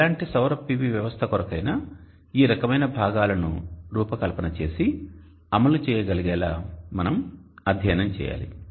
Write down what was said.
ఎలాంటి సౌర PV వ్యవస్థ కొరకైనా ఈ రకమైన భాగాలను రూపకల్పన చేసి అమలు చేయగలిగేలా మనం అధ్యయనం చేయాలి